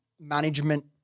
management